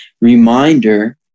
reminder